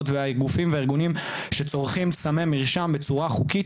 והגופים והארגונים שצורכים סמי מרשם בצורה חוקית,